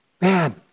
Man